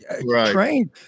trained